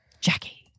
jackie